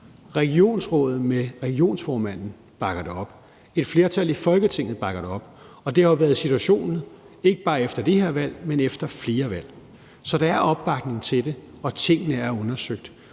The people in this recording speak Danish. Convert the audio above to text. regionsrådet med regionsformanden bakker det op, og et flertal i Folketinget bakker det op. Og det har jo været situationen ikke bare efter det her valg, men efter flere valg. Så der er opbakning til det, og tingene er undersøgt.